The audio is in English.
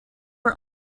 are